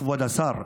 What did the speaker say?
כבוד השר.